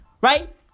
right